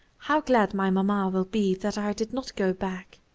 how glad my mamma will be that i did not go back.